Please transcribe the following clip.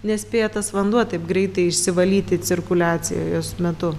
nespėja tas vanduo taip greitai išsivalyti cirkuliacijos metu